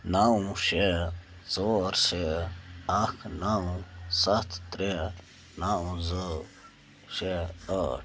نَو شےٚ ژور شےٚ اَکھ نَو سَتھ ترٛےٚ نَو زٕ شےٚ ٲٹھ